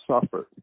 suffered